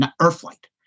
Earthlight